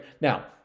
Now